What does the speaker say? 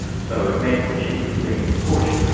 so it meant that she was being pushed.